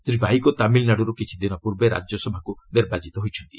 ଶ୍ରୀ ଭାଇକୋ ତାମିଲ୍ନାଡୁରୁ କିଛିଦିନ ପୂର୍ବେ ରାଜ୍ୟସଭାକୁ ନିର୍ବାଚିତ ହୋଇଛନ୍ତି